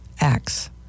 acts